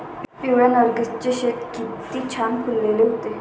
पिवळ्या नर्गिसचे शेत किती छान फुलले होते